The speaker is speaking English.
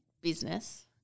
business